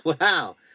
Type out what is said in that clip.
Wow